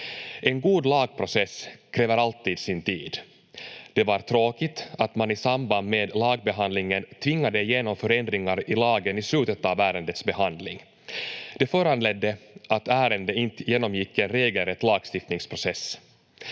En god lagprocess kräver alltid sin tid. Det var tråkigt att man i samband med lagbehandlingen tvingade igenom förändringar i lagen i slutet av ärendets behandling. Det föranledde att ärendet inte genomgick en regelrätt lagstiftningsprocess.